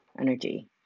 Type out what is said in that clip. energy